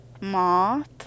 Moth